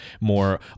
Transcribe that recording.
more